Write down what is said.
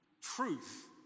truth